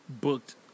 booked